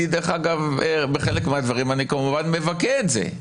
דרך אגב, בחלק מהדברים אני כמובן מבכה את זה.